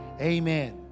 Amen